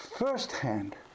firsthand